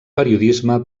periodisme